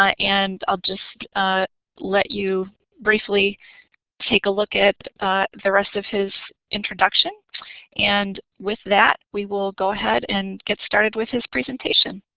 ah and i'll just let you briefly take a look at the rest of his introduction and with that we will go ahead and get started with his presentation.